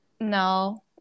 no